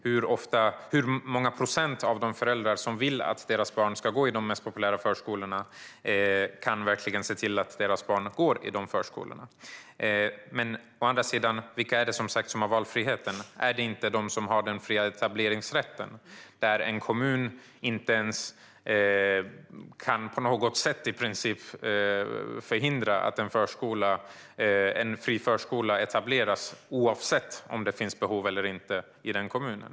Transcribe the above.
Hur många procent av de föräldrar som vill att deras barn ska gå i de mest populära förskolorna kan verkligen se till att deras barn går där? Å andra sidan: Vilka är det, som sagt, som har valfriheten? Är det inte de som har den fria etableringsrätten, när en kommun i princip inte på något sätt kan förhindra att en fri förskola etableras oavsett om det finns behov eller inte i kommunen?